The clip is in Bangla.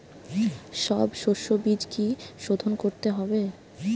সব শষ্যবীজ কি সোধন করতে হবে?